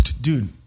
dude